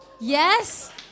Yes